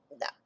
No